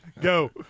Go